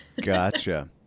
Gotcha